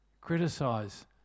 criticise